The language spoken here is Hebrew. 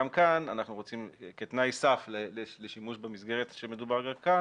גם כאן כתנאי סף לשימוש במסגרת שמדובר בה כאן,